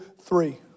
three